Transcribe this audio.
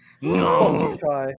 No